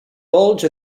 bulge